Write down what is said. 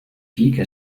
فيك